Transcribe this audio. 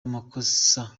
amakosa